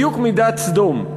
בדיוק מידת סדום,